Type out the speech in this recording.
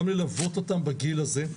גם ללוות אותם בגיל הזה.